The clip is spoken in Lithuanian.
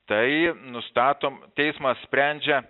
tai nustatom teismas sprendžia